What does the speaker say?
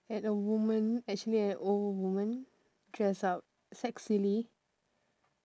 at a woman actually an old woman dress up sexily